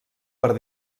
per